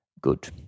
Good